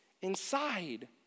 inside